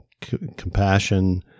compassion